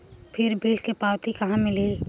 फिर बिल के पावती कहा मिलही?